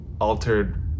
altered